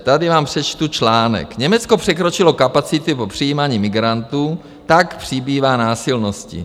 Tady vám přečtu článek: Německo překročilo kapacity v přijímání migrantů, tak přibývá násilností.